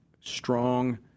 strong